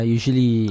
Usually